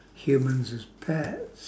humans as pets